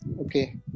okay